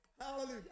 Hallelujah